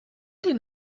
den